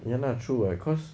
ya lah true [what] cause